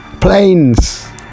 Planes